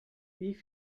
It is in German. wie